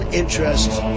interests